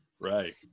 Right